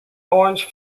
orange